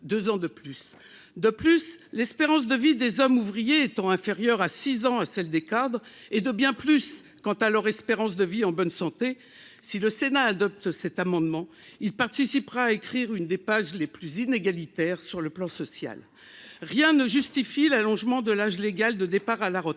de plus l'espérance de vie des hommes ouvriers étant inférieur à 6 ans à celle des cadres et de bien plus quant à leur espérance de vie en bonne santé, si le Sénat adopte cet amendement il participera écrire une des pages les plus inégalitaires sur le plan social, rien ne justifie l'allongement de l'âge légal de départ à la retraite